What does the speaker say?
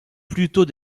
plutôt